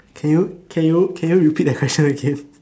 can you can you can you repeat the question again